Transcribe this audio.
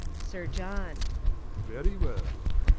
sir john very well.